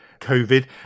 COVID